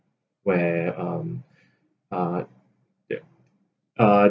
where um uh ya uh